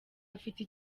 afite